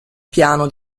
piano